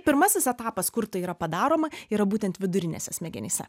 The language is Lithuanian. pirmasis etapas kur tai yra padaroma yra būtent vidurinėse smegenyse